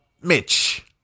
Mitch